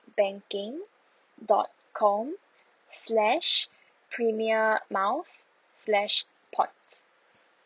banking dot com slash premier miles slash points yes